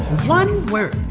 one word